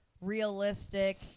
realistic